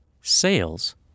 sales